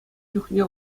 чухне